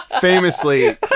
Famously